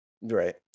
Right